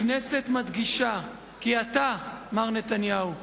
הכנסת מדגישה כי אתה, מר נתניהו,